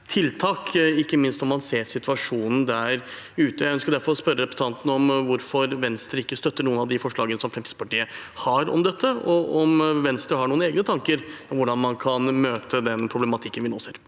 tiltak, ikke minst når man ser situasjonen der ute. Jeg ønsker derfor å spørre representanten om hvorfor Venstre ikke støtter noen av de forslagene som Fremskrittspartiet har om dette, og om Venstre har noen egne tanker om hvordan man kan møte den problematikken vi nå ser.